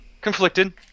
Conflicted